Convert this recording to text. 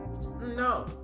No